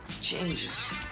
changes